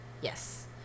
Yes